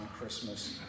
Christmas